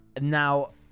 now